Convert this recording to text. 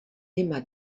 emma